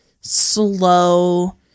slow